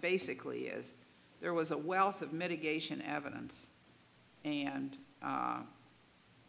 basically is there was a wealth of mitigation evidence and